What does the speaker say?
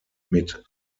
mit